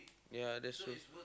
ya that's true